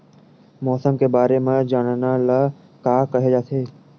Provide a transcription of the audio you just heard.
मौसम के बारे म जानना ल का कहे जाथे?